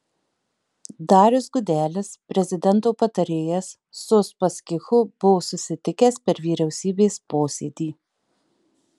darius gudelis prezidento patarėjas su uspaskichu buvo susitikęs per vyriausybės posėdį